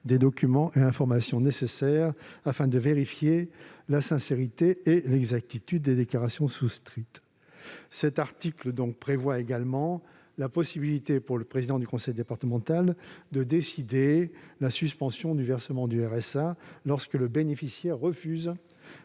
les documents et informations nécessaires afin de vérifier la sincérité et l'exactitude de ses déclarations. Cet article prévoit également la possibilité, pour le président du conseil départemental, de décider de la suspension du versement du RSA lorsque le bénéficiaire refuse